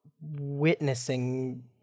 witnessing